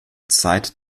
zeit